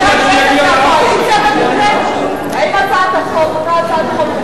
זה היה חבר כנסת מהקואליציה?